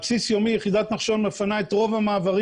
על בסיס יומי יחידת נחשון מפנה את רוב המעברים